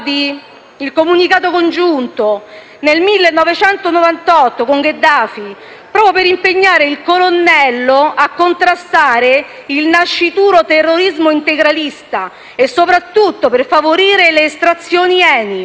il comunicato congiunto, nel 1998, con Gheddafi, proprio per impegnare il colonnello a contrastare il nascituro terrorismo integralista e, soprattutto, per favorire le estrazioni